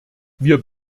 wir